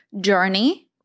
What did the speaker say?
journey